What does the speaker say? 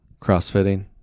crossfitting